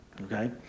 okay